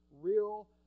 real